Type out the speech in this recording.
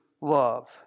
love